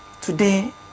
Today